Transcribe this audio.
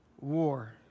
War